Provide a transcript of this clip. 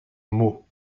mot